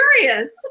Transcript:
curious